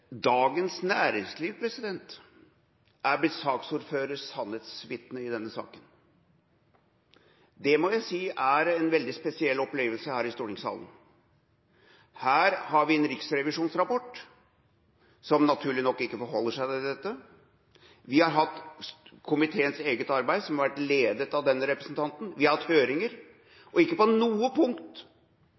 Dagens Næringsliv er blitt saksordførerens sannhetsvitne i denne saka. Det må jeg si er en veldig spesiell opplevelse her i stortingssalen. Her har vi en riksrevisjonsrapport, som naturlig nok ikke forholder seg til dette. Vi har hatt komiteens eget arbeid, som har vært ledet av representanten Raja. Vi har hatt høringer. Ikke på noe punkt